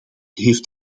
heeft